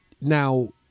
now